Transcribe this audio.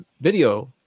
video